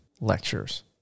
lectures